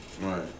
Right